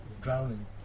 drowning